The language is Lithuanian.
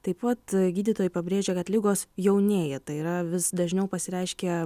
taip pat gydytojai pabrėžia kad ligos jaunėja tai yra vis dažniau pasireiškia